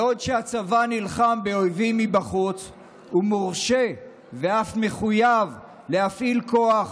בעוד הצבא נלחם באויבים מבחוץ ומורשה ואף מחויב להפעיל כוח,